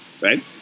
right